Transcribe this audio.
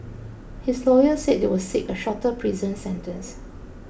his lawyer said they would seek a shorter prison sentence